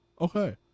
Okay